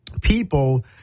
people